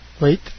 wait